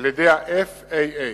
על-ידי ה-FAA.